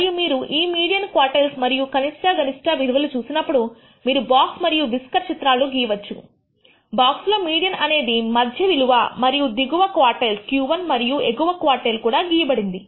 మరియు మీరు ఈ మీడియన్ క్వోర్టైల్స్ మరియు కనిష్ట గరిష్ట విలువలుచూసినప్పుడుమీరు బాక్స్ మరియు విస్కర్ చిత్రాలను గీయవచ్చు బాక్స్ లో మీడియన్ అనేది మధ్య విలువ మరియు దిగువ క్వోర్టైల్ Q1 మరియు ఎగువ క్వోర్టైల్ కూడా గీయబడినది